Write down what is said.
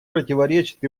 противоречат